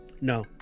no